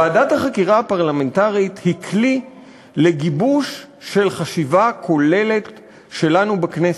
ועדת חקירה פרלמנטרית היא כלי לגיבוש של חשיבה כוללת שלנו בכנסת.